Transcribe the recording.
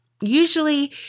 Usually